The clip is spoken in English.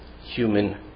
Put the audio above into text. human